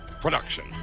production